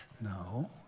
No